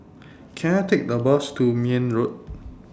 Can I Take A Bus to Mayne Road